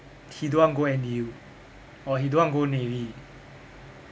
he don't want go N_D_U or he don't want go navy